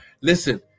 listen